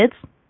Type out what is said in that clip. kids